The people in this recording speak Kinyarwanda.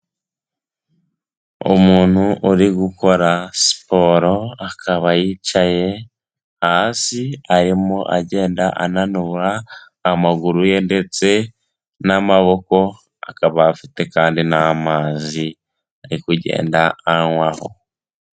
Umuntu uri gukora siporo, akaba yicaye hasi, arimo agenda ananura amaguru ye ndetse n'amaboko, akaba afite kandi n'amazi ari kugenda anywaho.